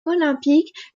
olympique